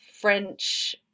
French